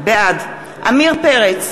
בעד עמיר פרץ,